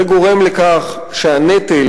זה גורם לכך שהנטל,